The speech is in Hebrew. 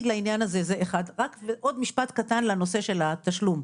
ורק עוד משפט קטן לנושא של התשלום.